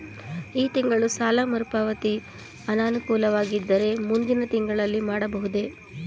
ಈ ತಿಂಗಳು ಸಾಲ ಮರುಪಾವತಿ ಅನಾನುಕೂಲವಾಗಿದ್ದರೆ ಮುಂದಿನ ತಿಂಗಳಲ್ಲಿ ಮಾಡಬಹುದೇ?